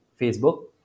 facebook